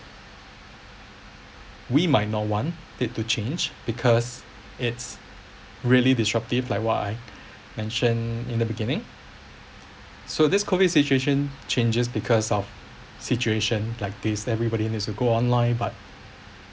we might not want it to change because it's really disruptive like what I mentioned in the beginning so this COVID situation changes because of situation like this everybody needs to go online but